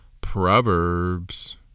proverbs